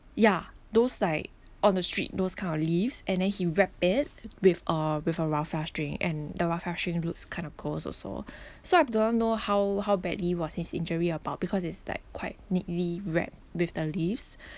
ya those like on the street those kind of leaves and then he wrapped it with a with a raffia string and the raffia string looks kind of gross also so I do not know how how badly was his injury about because it's like quite neatly wrapped with the leaves